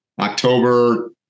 October